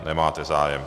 Nemáte zájem.